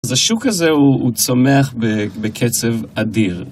אז השוק הזה הוא צומח בקצב אדיר.